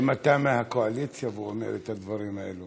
אם אתה מהקואליציה ואומר את הדברים האלה,